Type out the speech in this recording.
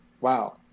Wow